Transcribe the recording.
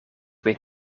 weet